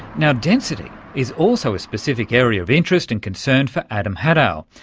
yeah density is also a specific area of interest and concern for adam haddow,